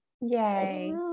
Yay